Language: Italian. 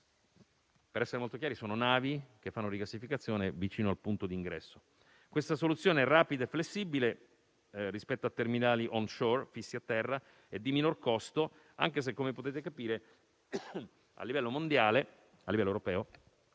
Per essere molto chiari, si tratta di navi che fanno rigassificazione vicino al punto di ingresso. Questa soluzione è rapida e flessibile rispetto a terminali *on-shore* fissi a terra ed è di minor costo, anche se - come potete capire - a livello europeo